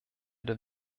der